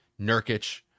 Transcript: Nurkic